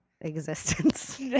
existence